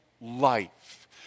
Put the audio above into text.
life